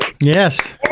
Yes